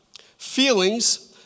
Feelings